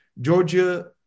Georgia